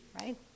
right